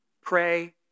Pray